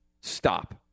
Stop